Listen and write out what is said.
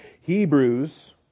Hebrews